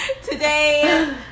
Today